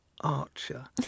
Archer